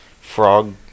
frog